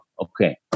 Okay